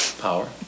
Power